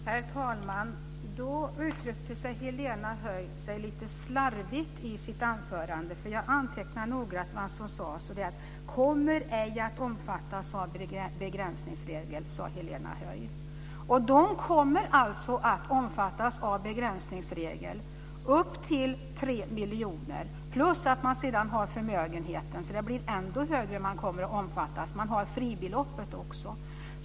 Herr talman! Då uttryckte sig Helena Höij lite slarvigt i sitt anförande. Jag antecknade noga att hon sade att de ej kommer att omfattas av begränsningsregeln. Men de kommer att omfattas av den upp till 3 miljoner plus förmögenhet, så det blir ännu högre innan de kommer att omfattas. Vi har ju fribeloppet också.